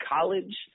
college